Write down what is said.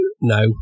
no